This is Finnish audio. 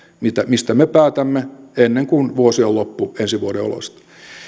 mistä me päätämme ennen kuin vuosi on loppu ensi vuoden oloista